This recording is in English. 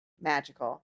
magical